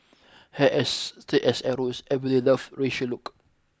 hair as straight as arrows everybody loved Rachel look